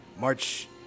March